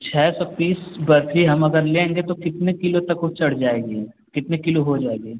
छः सौ पीस बर्फी हम अगर लेंगे तो कितने किलो तक वो चढ़ जाएगी कितने किलो हो जाएगी